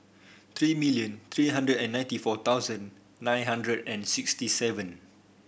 three million three hundred and ninety four thousand nine hundred and sixty seven